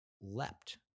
leapt